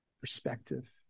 perspective